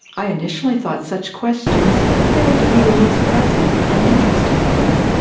i initially thought such questions failed to be the most pressing and interesting ones.